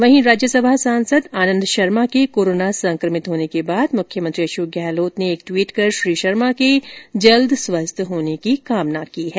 वहीं राज्यसभा सांसद आनंद शर्मा के कोरोना संक्रमित होने के बाद मुख्यमंत्री अशोक गहलोत ने एक ट्वीट कर श्री शर्मा के जल्द स्वस्थ होने की कामना की है